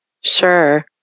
Sure